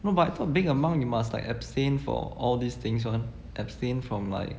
no but I thought being a monk you must like abstain for all these things [one] abstain from like